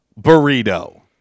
burrito